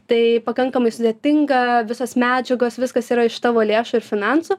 tai pakankamai sudėtinga visos medžiagos viskas yra iš tavo lėšų ir finansų